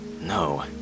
no